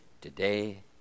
today